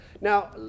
Now